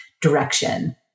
direction